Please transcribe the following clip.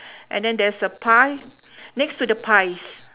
and then there's a pie next to the pies